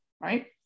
right